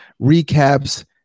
recaps